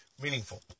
meaningful